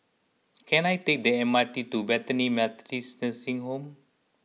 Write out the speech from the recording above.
can I take the M R T to Bethany Methodist Nursing Home